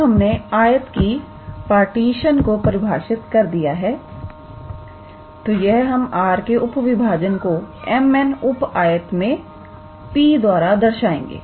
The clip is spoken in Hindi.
अब हमने आयत की पार्टीशन को परिभाषित कर दिया है तो हम R के उप विभाजन को mn उप आयत मे P द्वारा दर्श आएंगे